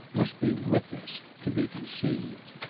must be witnessed, to be conceived.